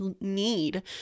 need